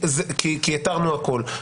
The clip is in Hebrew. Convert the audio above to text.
כי אתרנו הכול.